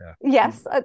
Yes